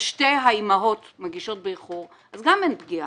ושתי האימהות מגישות באיחור אז גם אין פגיעה.